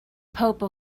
pope